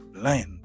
Blind